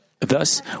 Thus